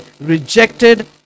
rejected